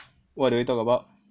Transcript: what do we talk about